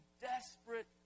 desperate